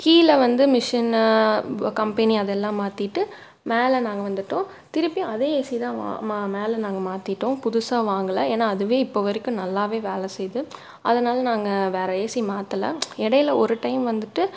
கீழே வந்து machine company அதெல்லாம் மாற்றிட்டு மேலே நாங்கள் வந்துவிட்டோம் திருப்பி அதே ஏசி தான் மேலே நாங்கள் மாற்றிட்டோம் புதுசாக வாங்கலை ஏன்னால் அதுவே இப்போ வரைக்கும் நல்லாவே வேலை செய்யுது அதனால நாங்கள் வேறு ஏசி மாற்றல இடையில் ஒரு டைம் வந்துட்டு